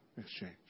exchange